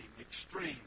extreme